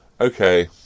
Okay